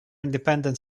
independent